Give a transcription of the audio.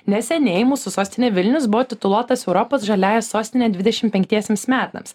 neseniai mūsų sostinė vilnius buvo tituluotas europos žaliąja sostine dvidešim penktiesiems metams